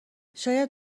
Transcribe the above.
شاید